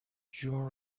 جون